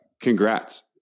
congrats